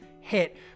hit